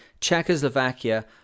Czechoslovakia